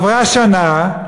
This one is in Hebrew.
עברה שנה,